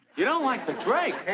you don't like the drake,